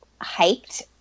hiked